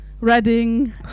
Reading